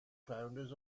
founders